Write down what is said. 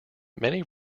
many